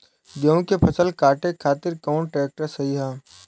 गेहूँ के फसल काटे खातिर कौन ट्रैक्टर सही ह?